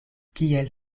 kiel